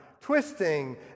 twisting